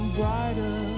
brighter